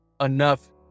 enough